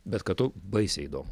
bet kartu baisiai įdomu